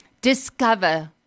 discover